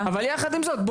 אבל יחד עם זאת,